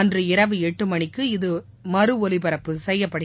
அன்று இரவு எட்டு மணிக்கும் இது மறு ஒலிபரப்பு செய்யப்படும்